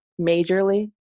majorly